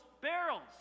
barrels